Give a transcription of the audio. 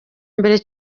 mbere